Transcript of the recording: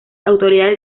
autoridades